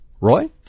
Roy